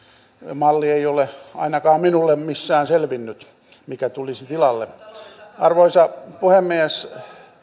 malli ei ole ainakaan minulle missään selvinnyt mikä tulisi tilalle arvoisa puhemies